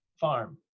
farm